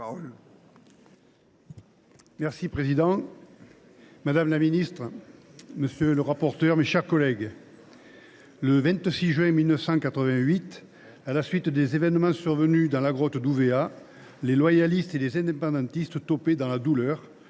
le président, madame la ministre, mes chers collègues, le 26 juin 1988, à la suite des événements survenus dans la grotte d’Ouvéa, les loyalistes et les indépendantistes topaient dans la douleur